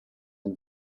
and